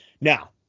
Now